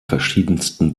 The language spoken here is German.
verschiedensten